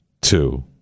two